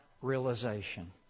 Realization